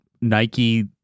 Nike